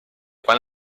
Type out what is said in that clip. qual